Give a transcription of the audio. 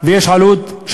לא התרחצה.